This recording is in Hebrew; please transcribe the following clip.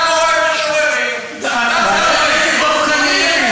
שאתה לא רואה משוררים ואתה לא רואה סופרים,